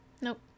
nope